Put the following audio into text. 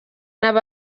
nab